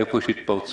איפה יש התפרצויות,